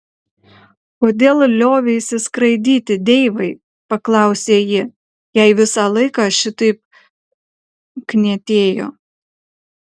kodėl lioveisi skraidyti deivai paklausė ji jei visą laiką šitaip knietėjo